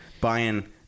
buying